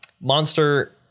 monster